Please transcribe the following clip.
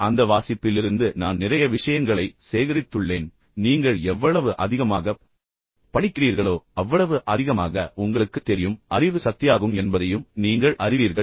எனவே அந்த வாசிப்பிலிருந்து நான் நிறைய விஷயங்களை சேகரித்துள்ளேன் மேலும் நீங்கள் எவ்வளவு அதிகமாகப் படிக்கிறீர்களோ அவ்வளவு அதிகமாக உங்களுக்குத் தெரியும் மேலும் அறிவு சக்தியாகும் என்பதையும் நீங்கள் அறிவீர்கள்